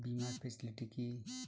বীমার ফেসিলিটি কি?